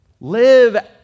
Live